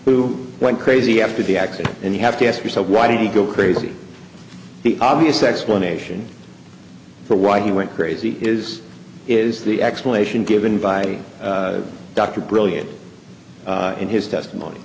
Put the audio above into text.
who went crazy after the accident and you have to ask yourself why did he go crazy the obvious explanation for why he went crazy is is the explanation given by dr brilliant in his testimony